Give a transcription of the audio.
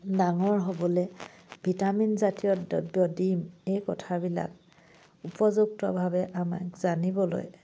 ডাঙৰ হ'বলে ভিটামিন জাতীয় দ্ৰব্য দিম এই কথাবিলাক উপযুক্তভাৱে আমাক জানিবলৈ